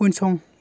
उनसं